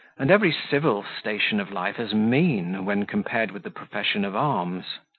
and every civil station of life as mean, when compared with the profession of arms.